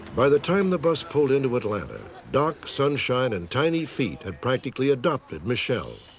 by the time the bus pulled into atlanta, doc, sunshine, and tiny feet had practically adopted michele.